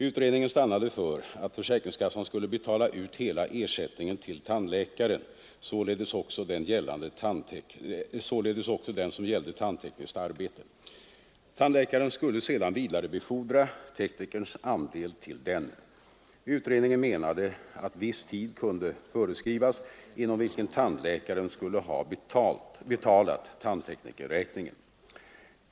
Utredningen stannade för att försäkringskassan skulle betala ut hela ersättningen till tandläkaren, således också den som gällde tandtekniskt arbete. Tandläkaren skulle sedan vidarebefordra teknikerns andel till denne. Utredningen menade att viss tid kunde föreskrivas inom vilken tandläkaren skulle ha betalat teknikerräkningen.